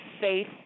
faith